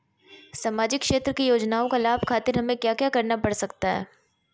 सामाजिक क्षेत्र की योजनाओं का लाभ खातिर हमें क्या क्या करना पड़ सकता है?